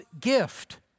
gift